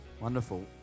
wonderful